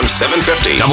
750